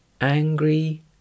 angry